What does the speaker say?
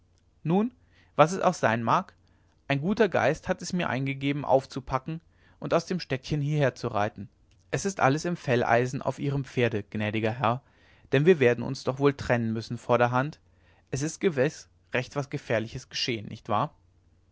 nun was es auch sein mag ein guter geist hat es mir eingegeben aufzupacken und aus dem städtchen hieher zu reiten es ist alles im felleisen auf ihrem pferde gnädiger herr denn wir werden uns doch wohl trennen müssen vorderhand es ist gewiß recht was gefährliches geschehen nicht wahr